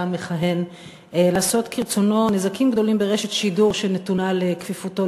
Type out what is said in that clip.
המכהן לעשות כרצונו נזקים גדולים ברשת שידור שנתונה לכפיפותו,